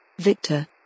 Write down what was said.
Victor